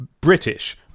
British